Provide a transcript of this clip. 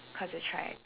cause you tried